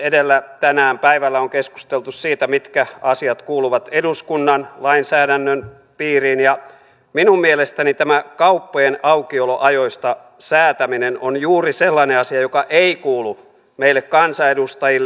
edellä tänään päivällä on keskusteltu siitä mitkä asiat kuuluvat eduskunnan lainsäädännön piiriin ja minun mielestäni tämä kauppojen aukioloajoista säätäminen on juuri sellainen asia joka ei kuulu meille kansanedustajille